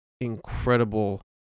incredible